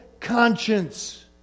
conscience